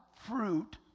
fruit